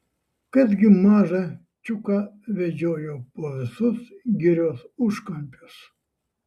kas gi mažą čiuką vedžiojo po visus girios užkampius